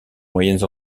moyennes